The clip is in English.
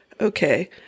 Okay